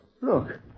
Look